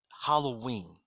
Halloween